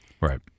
Right